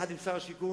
יחד עם שר השיכון.